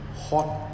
hot